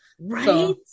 Right